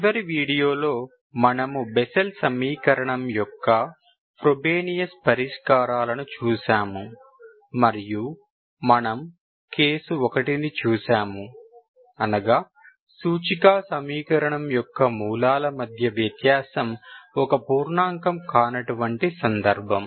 చివరి వీడియోలో మనము బెస్సెల్ సమీకరణం యొక్క ఫ్రోబెనియస్ పరిష్కారాలను చూశాము మరియు మనము కేసు 1 ని చూశాము అనగా సూచిక సమీకరణం యొక్క మూలాల మధ్య వ్యత్యాసం ఒక పూర్ణాంకం కానటువంటి సందర్భం